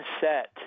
set